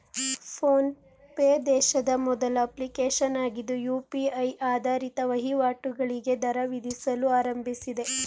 phone pay ದೇಶದ ಮೊದಲ application ಆಗಿದ್ದು ಯು.ಪಿ.ಐ ಆಧಾರಿತ ವಹಿವಾಟುಗಳಿಗೆ ದರ ವಿಧಿಸಲು ಆರಂಭಿಸಿದೆ